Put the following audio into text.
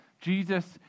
Jesus